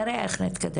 נראה איך נתקדם.